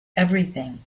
everything